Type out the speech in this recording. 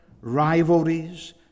rivalries